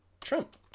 Trump